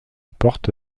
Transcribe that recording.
porte